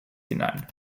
hinein